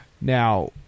Now